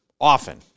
often